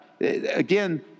again